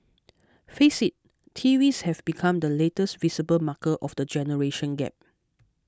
face it T Vs have become the latest visible marker of the generation gap